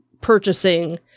purchasing